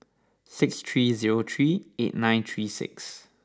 six three zero three eight nine three six